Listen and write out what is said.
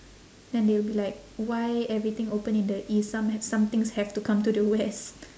then they will be like why everything open in the east some h~ some things have to come to the west